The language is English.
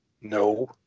No